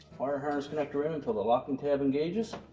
wire harness connector in until the locking tab engages,